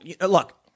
look